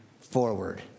forward